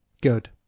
good